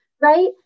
right